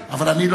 אבל אני לא,